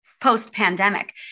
post-pandemic